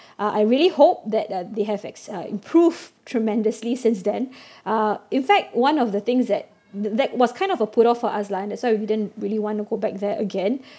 uh I really hope that uh they have uh improve tremendously since then uh in fact one of the things that th~ that was kind of a put off for us lah and that's why we didn't really want to go back there again